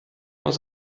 aus